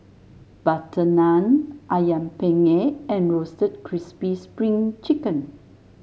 butter naan ayam penyet and Roasted Crispy Spring Chicken